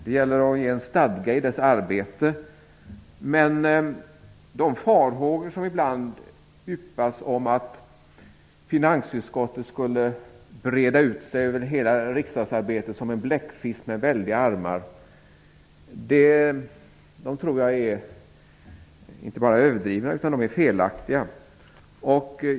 Det gäller att få en stadga i dess arbete, men de farhågor som ibland yppas om att finansutskottet skulle breda ut sig över hela riksdagsarbetet som en bläckfisk med väldiga armar tror jag inte bara är överdrivna utan också felaktiga.